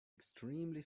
extremely